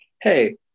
Hey